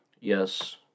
Yes